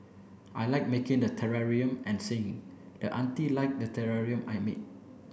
I like making the terrarium and singing and the auntie liked the terrarium I made